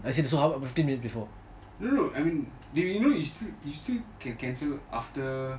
I said so how fifteen minutes before